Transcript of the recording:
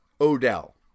Odell